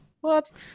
whoops